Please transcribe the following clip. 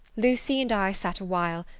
lucy and i sat awhile,